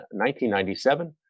1997